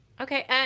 Okay